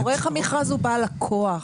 עורך המכרז הוא בעל הכוח.